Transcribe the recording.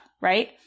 right